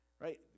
Right